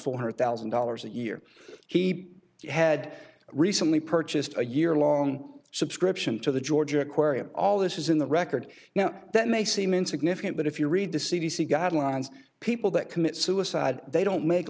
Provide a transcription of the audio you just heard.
four hundred thousand dollars a year he had recently purchased a yearlong subscription to the georgia aquarium all this is in the record now that may seem insignificant but if you read the c d c guidelines people that commit suicide they don't make